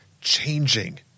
changing